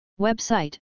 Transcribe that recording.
Website